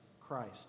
Christ